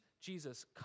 Jesus